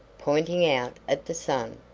pointing out at the sun,